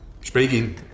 speaking